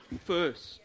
first